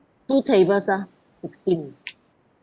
two tables ah sixteen